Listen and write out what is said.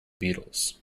beatles